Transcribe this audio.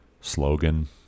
slogan